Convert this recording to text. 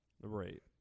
Right